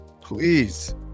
please